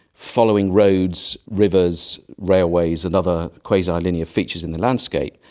following roads, rivers, railways and other quasi-linear features in the landscape,